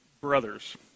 brothers